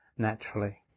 naturally